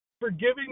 forgiving